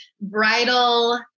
bridal